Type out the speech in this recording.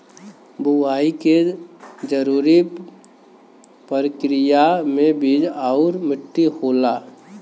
बुवाई के जरूरी परकिरिया में बीज आउर मट्टी होला